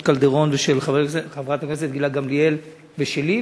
קלדרון ושל חברת הכנסת גילה גמליאל ושלי,